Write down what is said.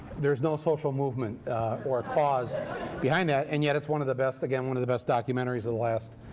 there's no social movement or cause behind that, and yet it's one of the best again, one of the best documentaries of the last